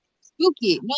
Spooky